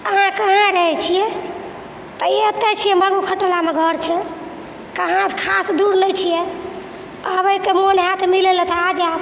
अहाँ कहाँ रहै छिए तऽ एतऽ छिए मगहु खटोलामे घर छै कहाँ खास दूर नहि छिए आबैके मोन हैत मिलैलए तऽ आ जाएब